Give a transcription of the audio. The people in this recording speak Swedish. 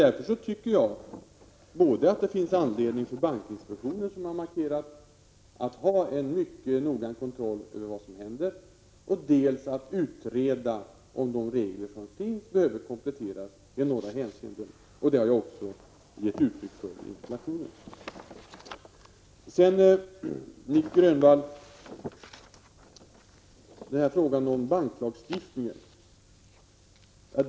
Därför tycker jag att det finns anledning för bankinspektionen att dels utöva en mycket noggrann kontroll av vad som händer, dels utreda om de regler som finns behöver kompletteras i några hänseenden. Detta har också redan framhållits. Sedan till frågan om banklagstiftningen.